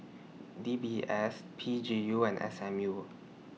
D B S P G U and S M U